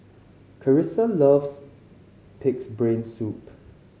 Karissa loves Pig's Brain Soup